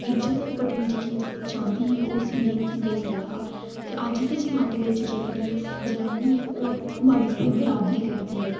इज्जत जेह्की चाहंदी ही ओह् उसी नेईं देई सकदा हा ते अज्ज दे जमाने बिच जेह्की जनानी ऐ ओह् मर्द दी बराबरी करदी ऐ